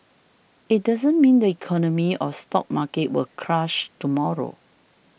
it doesn't mean the economy or stock market will crash tomorrow